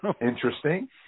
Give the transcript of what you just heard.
Interesting